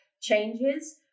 changes